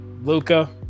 Luca